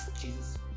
Jesus